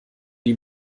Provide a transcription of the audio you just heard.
die